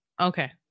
Okay